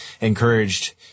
encouraged